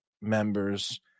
members